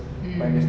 mm